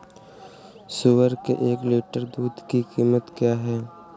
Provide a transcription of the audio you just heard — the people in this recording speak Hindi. सुअर के एक लीटर दूध की कीमत क्या है?